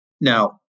Now